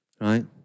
Right